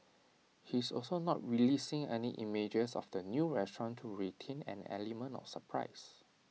he's also not releasing any images of the new restaurant to retain an element of surprise